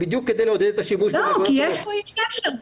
כי יש איש קשר,